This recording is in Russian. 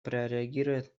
прореагирует